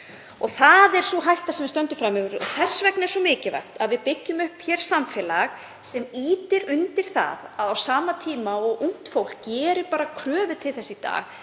Það er sú hætta sem við stöndum frammi fyrir og þess vegna er svo mikilvægt að við byggjum upp samfélag sem ýtir undir það að á sama tíma og ungt fólk gerir kröfu til þess að